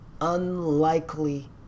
unlikely